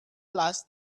last